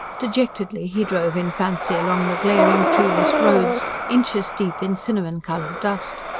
dejectedly he drove, in fancy, along the glaring, treeless roads, inches deep in cinnamon-coloured dust.